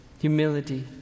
Humility